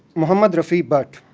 mohammad rafi bhat,